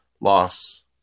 loss